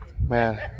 Man